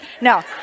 No